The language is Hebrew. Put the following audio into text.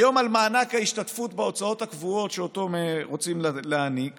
היום על מענק ההשתתפות בהוצאות הקבועות שאותו רוצים להעניק